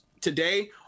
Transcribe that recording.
today